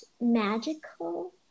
magical